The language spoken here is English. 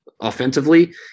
offensively